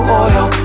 oil